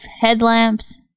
headlamps